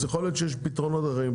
יכול להיות שיש פתרונות אחרים.